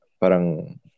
parang